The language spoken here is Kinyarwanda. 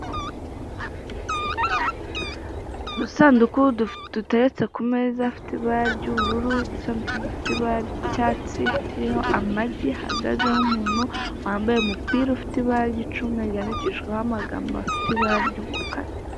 Udusanduku duteretse ku meza afite ibara ry'ubururu, udusanduku dufite ibara ry'icyatsi turiho amagi hahagazeho umuntu wambaye umupira ufite ibara ry'icunga ryandikishijweho amagambo afite ibara ry'umukara.